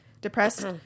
depressed